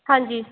ਹਾਂਜੀ